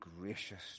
gracious